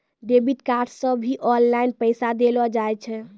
debit card से भी online पैसा देलो जाय छै